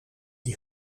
die